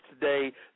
today